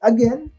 Again